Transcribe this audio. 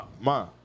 Ma